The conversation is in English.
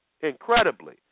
incredibly